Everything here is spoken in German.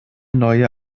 neue